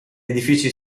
edifici